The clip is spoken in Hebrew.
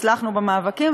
הצלחנו במאבקים,